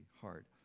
hard